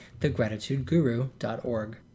thegratitudeguru.org